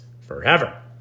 Forever